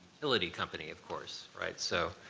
utility company, of course, right? so